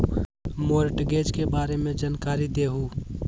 Mortgage के बारे में जानकारी देहु?